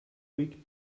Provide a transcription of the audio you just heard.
weak